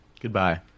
Goodbye